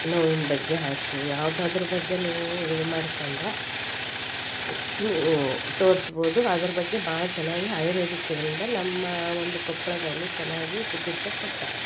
ನೋವಿನ ಬಗ್ಗೆ ಆಯ್ತು ಯಾವುದಾದ್ರು ಬಗ್ಗೆ ನೀವು ಇದು ಮಾಡ್ಕೊಂಡ್ರೆ ನೀವು ತೋರಿಸ್ಬೋದು ಅದರ ಬಗ್ಗೆ ಭಾಳ ಚೆನ್ನಾಗಿ ಆಯುರ್ವೇದಿಕ್ ಇದರಿಂದ ನಮ್ಮ ಒಂದು ಕೊಪ್ಪಳದಲ್ಲಿ ಚೆನ್ನಾಗಿ ಚಿಕಿತ್ಸೆ ಕೊಡ್ತಾರೆ